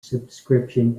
subscription